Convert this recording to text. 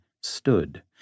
stood